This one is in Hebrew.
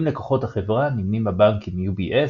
עם לקוחות החברה נמנים הבנקים UBS,